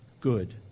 good